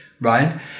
right